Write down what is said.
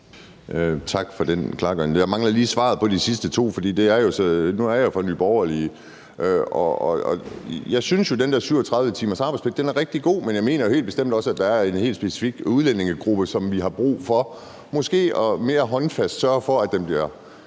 Tak for den klargøring. Jeg mangler lige svaret på de sidste to ting. Nu er jeg jo fra Nye Borgerlige, og jeg synes, at den der 37 timers arbejdspligt er rigtig god, men jeg mener helt bestemt også, at der er en helt specifik udlændingegruppe, som vi har brug for måske mere håndfast sørger for bliver